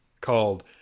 called